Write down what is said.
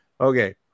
Okay